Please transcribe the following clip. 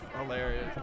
hilarious